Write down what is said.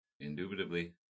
Indubitably